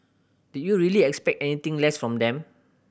did you really expect anything less from them